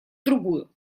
другую